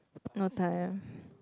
no time